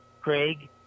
Craig